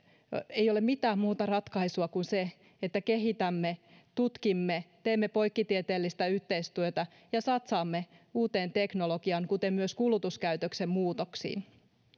ei ole mitään muuta ratkaisua kuin se että kehitämme tutkimme teemme poikkitieteellistä yhteistyötä ja satsaamme uuteen teknologiaan kuten myös kulutuskäytöksen muutoksiin